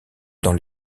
dans